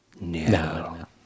No